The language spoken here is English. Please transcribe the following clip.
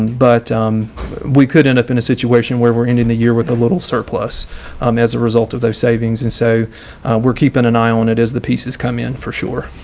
but we could end up in a situation where we're ending the year with a little surplus um as a result of those savings. and so we're keeping an eye on it as the pieces come in for sure.